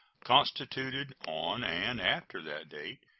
constituted, on and after that date,